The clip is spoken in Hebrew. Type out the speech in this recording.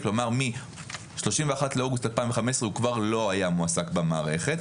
כלומר משלושים ואחד לאוגוסט 2015 הוא כבר לא היה מועסק במערכת,